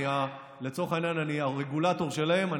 לצורך העניין אני הרגולטור שלהם,